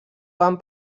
van